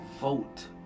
vote